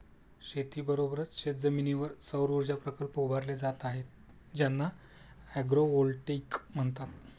शेतीबरोबरच शेतजमिनीवर सौरऊर्जा प्रकल्प उभारले जात आहेत ज्यांना ॲग्रोव्होल्टेईक म्हणतात